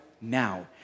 now